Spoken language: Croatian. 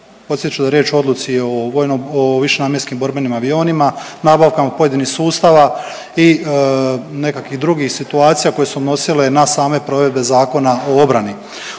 Podsjetit ću da je riječ o odluci o vojnom, o višenamjenskim borbenim avionima, nabavkama pojedinih sustava i nekakvih drugih situacije koje su se odnosile na samoj provedbi Zakona o obrani.